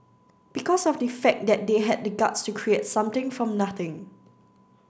because of the fact that they had the guts to create something from nothing